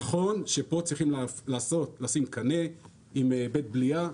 נכון שפה צריכים לשים קנה עם בית בליעה.